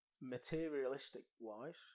Materialistic-wise